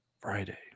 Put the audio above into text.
Friday